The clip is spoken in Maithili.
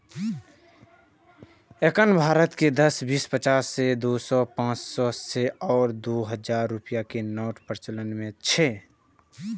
एखन भारत मे दस, बीस, पचास, सय, दू सय, पांच सय आ दू हजार रुपैया के नोट प्रचलन मे छै